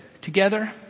together